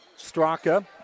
Straka